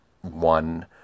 one